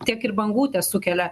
tiek ir bangų tesukelia